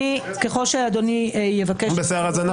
שככל שאדוני יבקש,